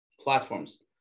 platforms